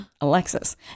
Alexis